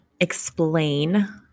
explain